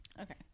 Okay